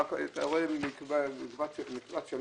אתה רואה מקבץ שלם.